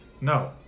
No